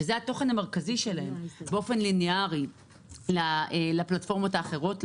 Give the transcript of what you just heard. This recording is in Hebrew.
שזה התוכן המרכזי שלהם באופן ליניארי לפלטפורמות האחרות,